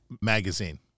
Magazine